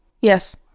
Yes